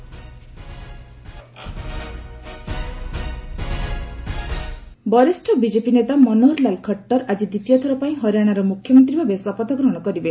Haryana CM oath ବରିଷ୍ଣ BJP ନେତା ମନୋହର ଲାଲ ଖଟ୍ଟର ଆଜି ଦ୍ୱିତୀୟଥର ପାଇଁ ହରିଆଣାର ମୁଖ୍ୟମନ୍ତ୍ରୀ ଭାବେ ଶପଥ ଗ୍ରହଣ କରିବେ